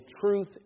truth